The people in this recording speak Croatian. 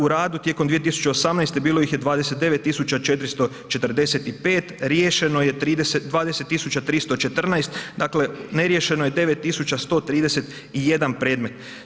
U radu tijekom 2018. bilo ih je 29.445, riješeno je 20.314 dakle neriješeno je 9.131 predmet.